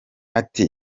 ati